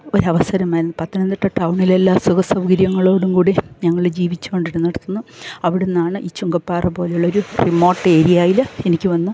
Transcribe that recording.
ഒരവസരമായിരുന്നു പത്തനംതിട്ട ടൗണില് എല്ലാ സുഖസൗകര്യങ്ങളോടും കൂടി ഞങ്ങള് ജീവിച്ച് കൊണ്ടിരുന്നിടത്ത് നിന്ന് അവിടുന്നാണ് ഈ ചുങ്കപ്പാറ പോലെ ഉള്ള ഒരു റിമോട്ട് ഏരിയയിൽ എനിക്ക് വന്ന്